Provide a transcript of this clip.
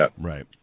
right